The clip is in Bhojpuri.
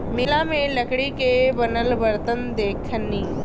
मेला में लकड़ी के बनल बरतन देखनी